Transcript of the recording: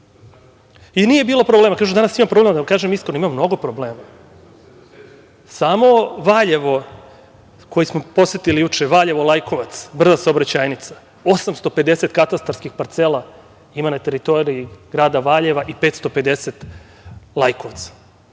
I nije bilo problema. Danas kažu ima problema. Da vam kažem iskreno, ima mnogo problema. Samo Valjevo, koje smo posetili juče, Valjevo-Lajkovac, brza saobraćajnica, 850 katastarskih parcela ima na teritoriji grada Valjeva i 550 Lajkovca.